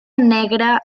negra